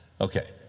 Okay